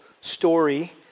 story